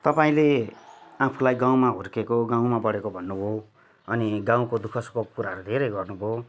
तपाईँले आफूलाई गाउँमा हुर्किएको गाउँमा बढेको भन्नुभयो अनि गाउँको दुःखसुखको कुराहरू धेरै गर्नुभयो